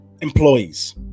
employees